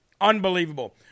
Unbelievable